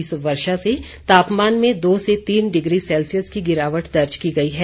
इस वर्षा से तापमान में दो से तीन डिग्री सेल्सियस की गिरावट दर्ज की गई है